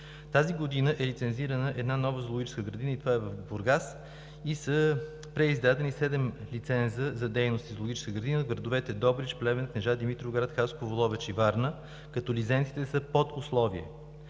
Тази година е лицензирана една нова зоологическа градина и това е в Бургас, и са преиздадени седем лиценза за дейност за зоологическа градина в градовете: Добрич, Плевен, Кнежа, Димитровград, Хасково, Ловеч и Варна, като лицензиите са под условие.